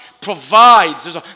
Provides